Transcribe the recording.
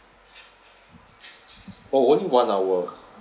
oh one hour